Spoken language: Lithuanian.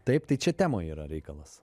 taip tai čia temoj yra reikalas